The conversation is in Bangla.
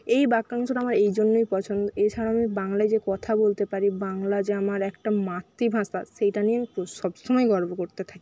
এই বাক্যাংশটা আমার এই জন্যই পছন্দ এছাড়াও আমি বাংলায় যে কথা বলতে পারি বাংলা যে আমার একটা মাতৃভাষা সেটা নিয়ে আমি সবসময় গর্ব করতে থাকি